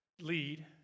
lead